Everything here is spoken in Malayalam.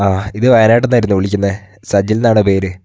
ആ ഇത് വയനാട്ടിൽ നിന്നായിരുന്നു വിളിക്കുന്നത് സജിൽ എന്നാണ് പേര്